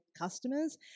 customers